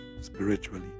spiritually